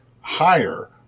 higher